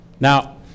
Now